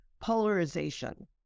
Polarization